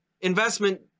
investment